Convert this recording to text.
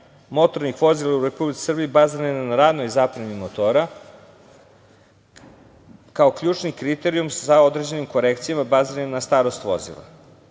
motornih vozila u Republici Srbiji baziran je na radnoj zapremini motora, kao ključni kriterijum sa određenim korekcijama baziranim na starost vozila.